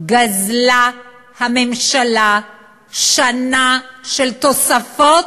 גזלה הממשלה שנה של תוספות,